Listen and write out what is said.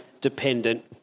dependent